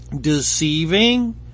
deceiving